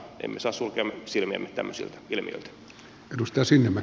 emme saa sulkea silmiämme tämmöisiltä ilmiöiltä